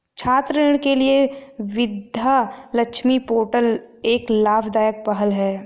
छात्र ऋण के लिए विद्या लक्ष्मी पोर्टल एक लाभदायक पहल है